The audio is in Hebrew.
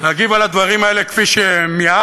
להגיב על הדברים האלה כפי שמיהרתם,